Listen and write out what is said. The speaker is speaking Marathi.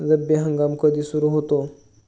रब्बी हंगाम कधी सुरू होतो?